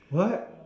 what